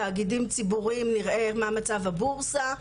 תאגידים ציבוריים נראה מה מצב הבורסה"